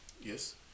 Yes